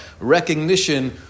recognition